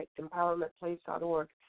empowermentplace.org